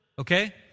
okay